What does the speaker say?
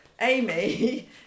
Amy